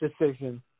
decision